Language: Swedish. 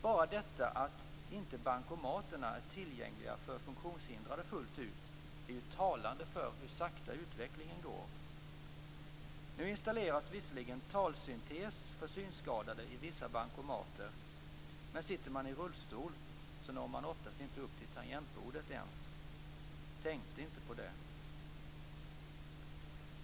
Bara detta att bankomaterna inte fullt ut är tillgängliga för funktionshindrade är talande för hur sakta utvecklingen går. Nu installeras visserligen talsyntes för synskadade i vissa bankomater, men sitter man i rullstol når man oftast inte ens upp till tangentbordet. "Tänkte inte på det ."